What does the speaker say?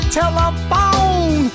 telephone